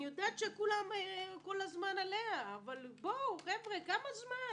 אני יודעת שכל הזמן כולם עליה, אבל כמה זמן?